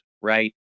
Right